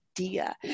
idea